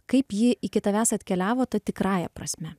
kaip ji iki tavęs atkeliavo ta tikrąja prasme